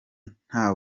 nta